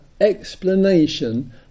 explanation